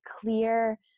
clear